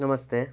ನಮಸ್ತೆ